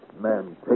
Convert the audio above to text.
man